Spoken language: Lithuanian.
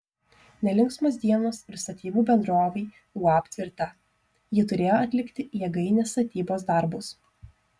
nelinksmos dienos ir statybų bendrovei uab tvirta ji turėjo atlikti jėgainės statybos darbus